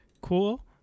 Cool